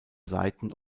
seiten